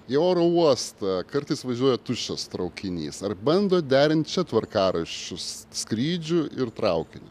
į oro uostą kartais važiuoja tuščias traukinys ar bandot derint čia tvarkaraščius skrydžių ir traukinį